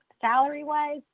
salary-wise